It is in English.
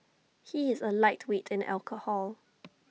he is A lightweight in alcohol